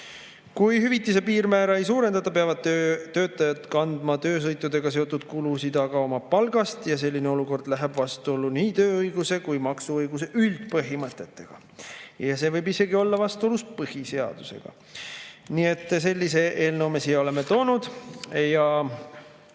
Kui hüvitise piirmäära ei suurendata, peavad töötajad kandma töösõitudega seotud kulusid oma palgast ja selline olukord läheb vastuollu nii tööõiguse kui maksuõiguse üldpõhimõtetega. Ja see võib isegi olla vastuolus põhiseadusega. Nii et sellise eelnõu me siia oleme toonud.